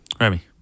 Remy